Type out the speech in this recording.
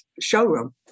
showroom